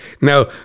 Now